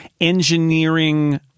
engineering